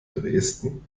dresden